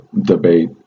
debate